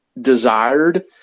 desired